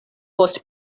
post